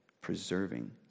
preserving